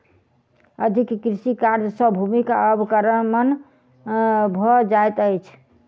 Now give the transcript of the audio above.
अधिक कृषि कार्य सॅ भूमिक अवक्रमण भ जाइत अछि